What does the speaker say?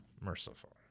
merciful